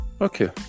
Okay